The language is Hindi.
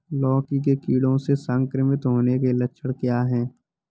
लौकी के कीड़ों से संक्रमित होने के लक्षण क्या हैं?